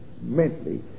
mentally